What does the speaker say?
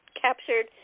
captured –